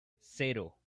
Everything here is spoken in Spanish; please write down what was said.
cero